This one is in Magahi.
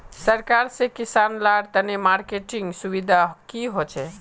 सरकार से किसान लार तने मार्केटिंग सुविधा की होचे?